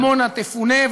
עמונה תפונה,